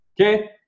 Okay